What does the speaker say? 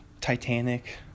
Titanic